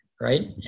right